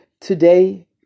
today